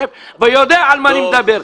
והוא יודע על מה אני מדבר.